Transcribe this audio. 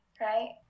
right